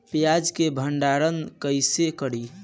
प्याज के भंडारन कईसे करी?